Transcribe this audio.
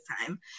time